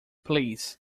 please